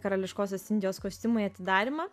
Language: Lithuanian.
karališkosios indijos kostiumai atidarymą